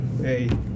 hey